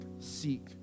seek